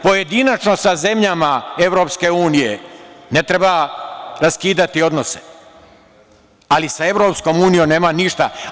Pojedinačno sa zemljama EU ne treba raskidati odnose, ali sa EU nema ništa.